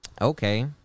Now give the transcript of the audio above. Okay